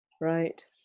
right